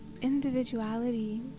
individuality